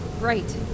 Right